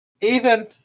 Ethan